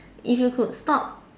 if you could stop